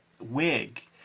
wig